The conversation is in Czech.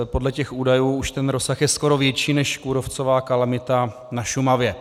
Podle těchto údajů už je ten rozsah skoro větší než kůrovcová kalamita na Šumavě.